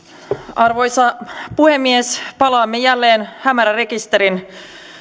arvoisa puhemies palaamme jälleen hämärärekisterin